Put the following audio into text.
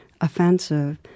offensive